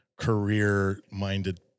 career-minded